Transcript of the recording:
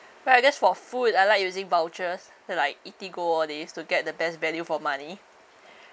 but I guess for food I like using vouchers like eating goal all these to get the best value for money